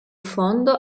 fondo